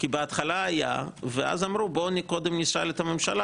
בהתחלה היה ואז אמרו בואו נשאל קודם את הממשלה,